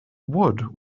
wood